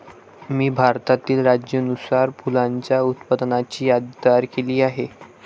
मी भारतातील राज्यानुसार फुलांच्या उत्पादनाची यादी तयार केली आहे